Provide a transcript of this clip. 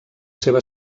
seva